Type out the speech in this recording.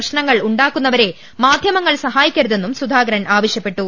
പ്രശ്നങ്ങൾ ഉണ്ടാക്കുന്നവരെ മാധ്യമങ്ങൾ സഹായിക്കരുതെന്നും സുധാകരൻ ആവശ്യപ്പെട്ടു